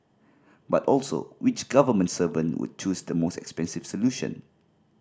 but also which government servant would choose the most expensive solution